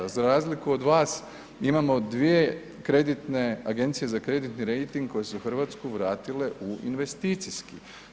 Za razliku od vas, imamo dvije kreditne agencije za kreditni rejting koji su se u Hrvatsku vratile u investicijski.